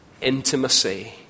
intimacy